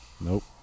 Nope